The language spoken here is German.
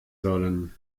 sollen